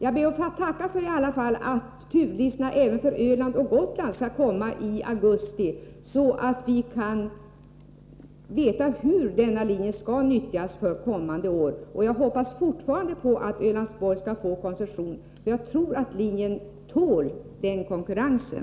Jag ber att i alla fall få tacka för att turlistorna även för Öland och Gotland skall komma i augusti, så att vi får veta hur linjen skall nyttjas följande år. Jag hoppas fortfarande att Ölandsborg skall få koncession. Jag tror att linjen tål den konkurrensen.